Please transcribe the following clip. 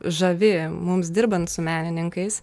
žavi mums dirbant su menininkais